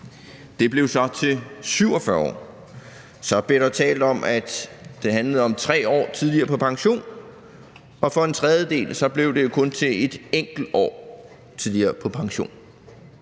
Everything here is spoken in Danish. Det blev så til 47 år. Så blev der talt om, at det handlede om, at man 3 år tidligere kunne gå på pension, og for en tredjedel blev det jo kun til et enkelt år tidligere, man